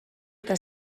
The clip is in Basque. eta